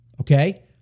Okay